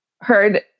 heard